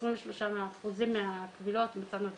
ו-23 אחוזים מהקבילות מצאנו כמוצדקות.